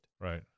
Right